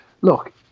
Look